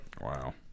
Wow